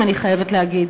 אני חייבת להגיד,